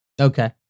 Okay